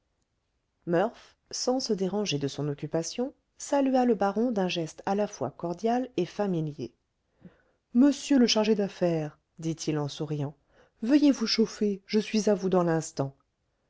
sans se déranger de son occupation salua le baron d'un geste à la fois cordial et familier monsieur le chargé d'affaires dit-il en souriant veuillez vous chauffer je suis à vous dans l'instant